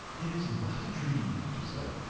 it is not a dream! she said,